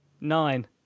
Nine